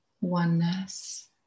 oneness